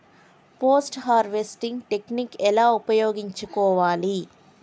Post harvesting technique ఎలా ఉపయోగించుకోవాలి?